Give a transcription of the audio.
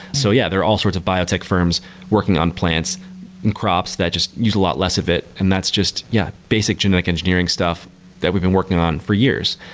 so yeah, there are all sorts of biotech firms working on plants and crops that just use a lot less of it, and that's just yeah basic genetic engineering stuff that we've been working on for years.